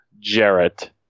Jarrett